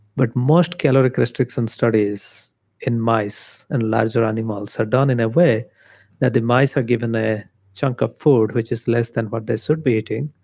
but most caloric restriction studies in mice and larger animals are done in a way that the mice are given their ah chunk of food, which is less than what they should be eating,